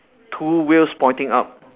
two wheels pointing up